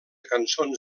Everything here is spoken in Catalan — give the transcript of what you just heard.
cançons